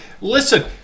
listen